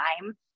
time